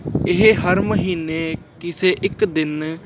ਇਹ ਹਰ ਮਹੀਨੇ ਕਿਸੇ ਇੱਕ ਦਿਨ